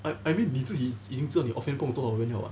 I I mean 你自己已经知道你 offend 不懂多少人 liao [what]